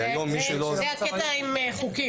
זה הקטע עם חוקים.